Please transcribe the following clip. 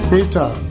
Peter